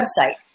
website